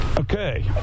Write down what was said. Okay